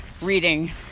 reading